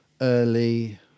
early